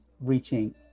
reaching